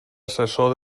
assessor